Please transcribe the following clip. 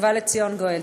ובא לציון גואל.